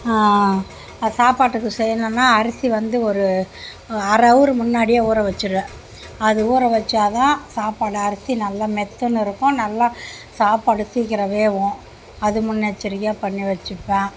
அ சாப்பாட்டுக்கு செய்ணுன்னா அரிசி வந்து ஒரு அரை ஹவரு முன்னாடியே ஊற வச்சிருவேன் அது ஊற வெச்சா தான் சாப்பாடு அரிசி நல்லா மெத்துன்னு இருக்கும் நல்லா சாப்பாடு சீக்கிரம் வேவும் அது முன்னெச்சரிக்கையாக பண்ணி வச்சிப்பேன்